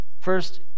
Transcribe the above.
first